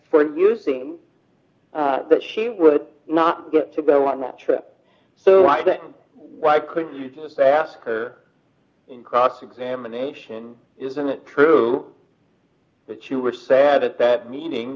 for using that she would not get to go on that trip so why couldn't you just ask her in cross examination isn't it true that you were sad at that meeting